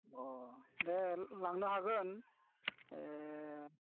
अ दे लांनो हागोन ए